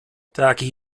takich